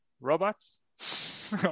robots